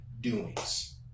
doings